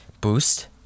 boost